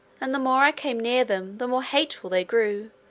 and the more i came near them the more hateful they grew,